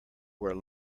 were